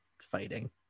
fighting